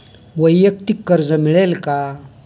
वैयक्तिक कर्ज मिळेल का?